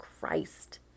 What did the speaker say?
Christ